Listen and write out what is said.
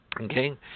Okay